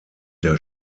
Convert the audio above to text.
der